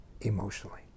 emotionally